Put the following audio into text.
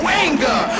anger